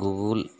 Google